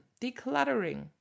Decluttering